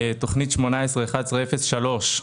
בתכנית 18-11-03,